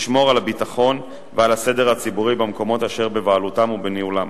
לשמור על הביטחון ועל הסדר הציבורי במקומות אשר בבעלותם ובניהולם.